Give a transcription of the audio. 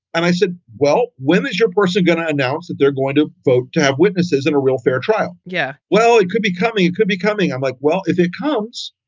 and i said, well, when is your person going to announce that they're going to vote to have witnesses and a real fair trial? yeah, well, it could be coming. it could be coming. i'm like, well, if it comes,